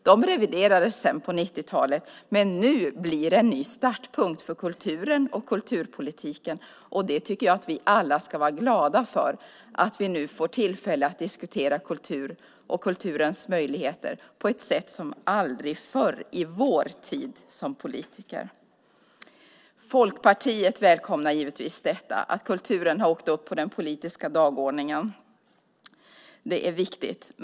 De reviderades på 1990-talet, men nu blir det en ny startpunkt för kulturen och kulturpolitiken, och jag tycker att vi alla ska vara glada för att vi nu får tillfälle att diskutera kultur och kulturens möjligheter på ett sätt som aldrig förr i vår tid som politiker. Folkpartiet välkomnar givetvis att kulturen har åkt upp på den politiska dagordningen. Det är viktigt.